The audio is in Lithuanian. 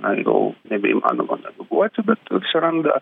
na jau nebeįmanoma naviguoti bet atsiranda